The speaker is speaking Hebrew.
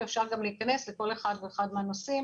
ואפשר גם להיכנס לכל אחד ואחד מהנושאים